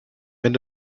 wenn